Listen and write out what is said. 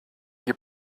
your